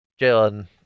Jalen